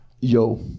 yo